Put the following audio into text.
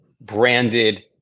branded